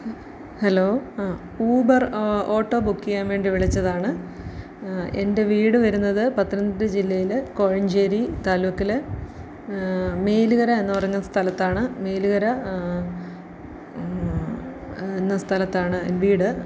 hello ആ Uber auto book ചെയ്യാൻ വേണ്ടി വിളിച്ചതാണ് എൻ്റെ വീട് വരുന്നത് പത്തനംതിട്ട ജില്ലയിൽ കോഴഞ്ചേരി താലൂക്കിൽ മേല്കര എന്ന് പറയുന്ന സ്ഥലത്താണ് മേല്കര എന്ന സ്ഥലത്താണ് വീട്